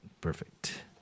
perfect